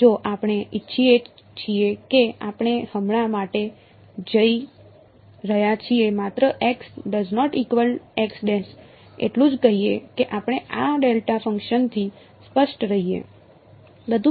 અને જો આપણે ઇચ્છીએ છીએ કે આપણે હમણાં માટે જઈ રહ્યા છીએ માત્ર એટલું જ કહીએ કે આપણે આ ડેલ્ટા ફંક્શનથી સ્પષ્ટ રહીએ